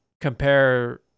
compare